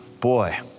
Boy